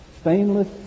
stainless